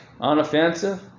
unoffensive